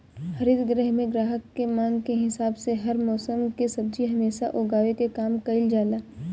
हरित गृह में ग्राहक के मांग के हिसाब से हर मौसम के सब्जी हमेशा उगावे के काम कईल जाला